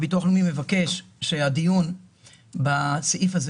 הביטוח הלאומי מבקש שהדיון בסעיף הזה